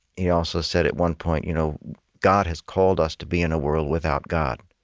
he also said, at one point, you know god has called us to be in a world without god.